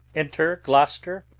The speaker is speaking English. enter gloucester,